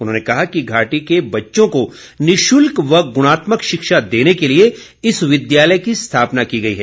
उन्होंने कहा कि घाटी के बच्चों को निशल्क व गुणात्मक शिक्षा देने के लिए इस विद्यालय की स्थापना की गई है